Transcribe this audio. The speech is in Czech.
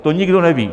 To nikdo neví.